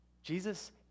Jesus